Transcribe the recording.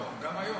גם היום.